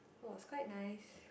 it was quite nice